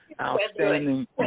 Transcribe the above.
Outstanding